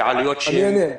ועלויות --- אני אענה.